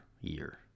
year